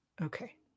Okay